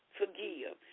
forgive